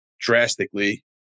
drastically